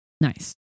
nice